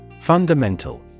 Fundamental